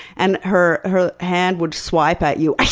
and her her hand would swipe at you,